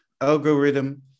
algorithm